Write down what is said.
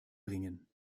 bringen